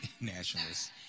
nationalists